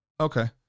Okay